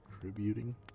contributing